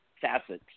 facets